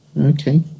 Okay